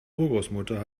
urgroßmutter